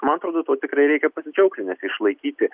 man atrodo tuo tikrai reikia pasidžiaugti nes išlaikyti